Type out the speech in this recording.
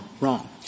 wrong